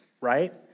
right